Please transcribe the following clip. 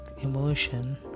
emotion